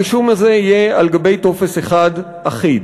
הרישום הזה יהיה על גבי טופס אחד אחיד.